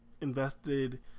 invested